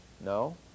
No